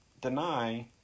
deny